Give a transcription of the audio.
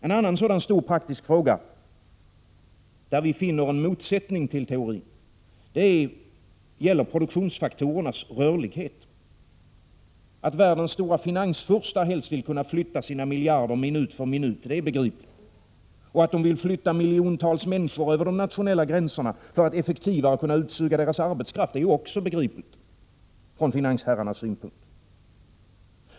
En annan stor, praktisk fråga där vi finner en motsättning till teorin gäller produktionsfaktorernas rörlighet. Att världens stora finansfurstar helst vill kunna flytta sina miljarder minut för minut är begripligt, och att de vill flytta miljontals människor över de nationella gränserna för att effektivare kunna utsuga deras arbetskraft är också begripligt från finansherrarnas synpunkt.